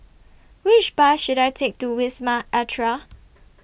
Which Bus should I Take to Wisma Atria